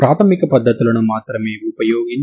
E2 ∞ut2dxT2 ∞ux2dx అని చెప్పవచ్చు